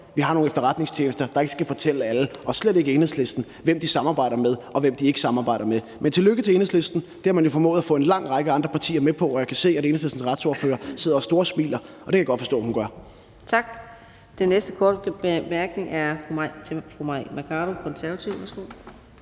vi har nogle efterretningstjenester, der ikke skal fortælle alle, og slet ikke Enhedslisten, hvem de samarbejder med, og hvem de ikke samarbejder med. Tillykke til Enhedslisten! Det har man jo formået at få en lang række andre partier med på. Jeg kan se, at Enhedslistens retsordfører sidder og storsmiler, og det kan jeg godt forstå hun gør. Kl. 18:37 Fjerde næstformand (Karina